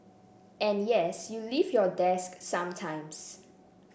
and yes you leave your desk sometimes